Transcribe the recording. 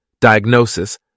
diagnosis